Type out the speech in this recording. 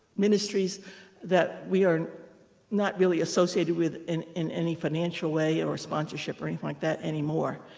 ministries that we are not really associated with in in any financial way, or sponsorship, or anything like that anymore.